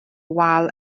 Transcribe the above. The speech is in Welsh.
wal